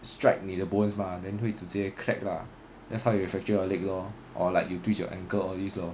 strike 你的 bones mah then 会直接 crack lah that's how you will fracture your leg lor or like you twist your ankle all these lor